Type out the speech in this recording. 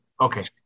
Okay